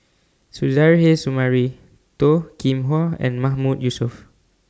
Suzairhe Sumari Toh Kim Hwa and Mahmood Yusof